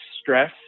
stress